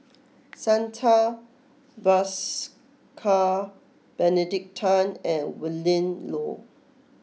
Santha Bhaskar Benedict Tan and Willin Low